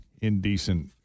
indecent